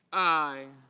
i.